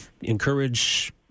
encourage